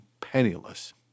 penniless